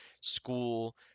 school